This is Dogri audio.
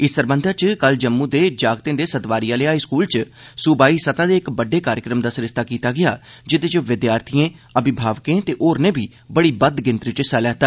इस सरबंधै च कल जम्मू दे जागतें दे सतवारी आह्ले हाई स्कूल च सूबाई सतह दे इक बड्डे कार्यक्रम दा सरिस्ता कीता गेआ जेहदे च विद्यार्थिएं अभिभावकें ते होरनें बी बड़ी बद्ध गिनतरी च हिस्सा लैता